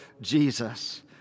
Jesus